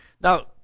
Now